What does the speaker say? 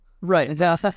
right